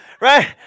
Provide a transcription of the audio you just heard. Right